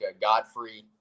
Godfrey